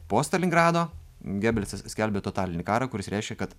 po stalingrado gebelsas skelbia totalinį karą kuris reiškia kad